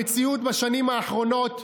המציאות בשנים האחרונות,